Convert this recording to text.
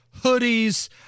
hoodies